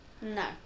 no